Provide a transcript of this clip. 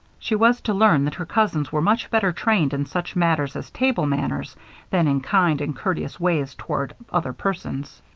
she was to learn that her cousins were much better trained in such matters as table manners than in kind and courteous ways toward other persons.